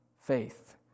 faith